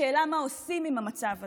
השאלה היא מה עושים עם המצב הזה,